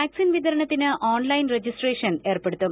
vaccine വിതരണത്തിന് online registration ഏർപ്പെടുത്തും